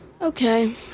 Okay